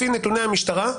לפי נתוני המשטרה,